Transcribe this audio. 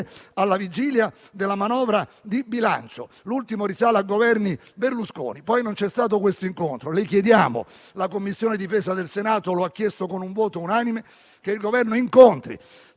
alla vigilia della manovra di bilancio. L'ultimo risale ai Governi Berlusconi, e poi non vi sono più stati. Signor Presidente, le chiediamo - la Commissione difesa del Senato lo ha chiesto con un voto unanime - che il Governo incontri